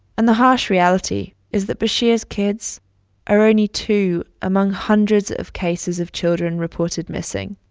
and the harsh reality is that bashir's kids are only two among hundreds of cases of children reported missing